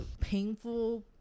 painful